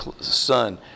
son